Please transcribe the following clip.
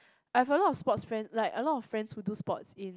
I have a lot of sports friend like a lot of friends who do sports in